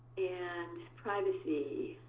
and privacy.